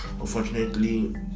Unfortunately